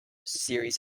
series